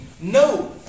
no